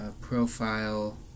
profile